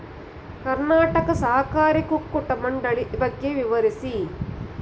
ಕರ್ನಾಟಕ ಸಹಕಾರಿ ಕುಕ್ಕಟ ಮಂಡಳಿ ಬಗ್ಗೆ ವಿವರಿಸಿ?